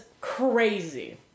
crazy